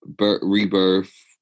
rebirth